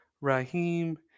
rahim